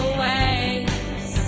waves